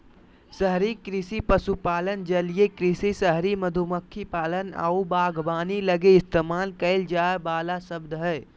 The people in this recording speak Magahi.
शहरी कृषि पशुपालन, जलीय कृषि, शहरी मधुमक्खी पालन आऊ बागवानी लगी इस्तेमाल कईल जाइ वाला शब्द हइ